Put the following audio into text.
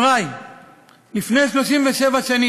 זה הסכום,